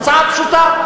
הצעה פשוטה,